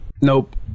nope